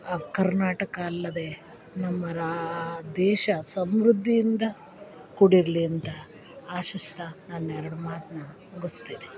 ಆ ಕರ್ನಾಟಕ ಅಲ್ಲದೆ ನಮ್ಮ ರಾ ದೇಶ ಸಮೃದ್ಧಿಯಿಂದ ಕೂಡಿರ್ಲಿ ಅಂತ ಆಶಿಸ್ತಾ ನನ್ನೆರಡು ಮಾತನ್ನ ಮುಗಿಸ್ತೀನಿ